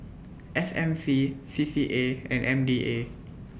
S M C C C A and M D A